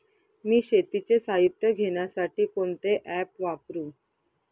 मी शेतीचे साहित्य घेण्यासाठी कोणते ॲप वापरु?